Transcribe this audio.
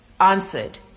answered